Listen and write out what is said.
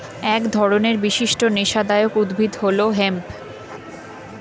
এক ধরনের বিশিষ্ট নেশাদায়ক উদ্ভিদ হল হেম্প